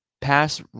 Pass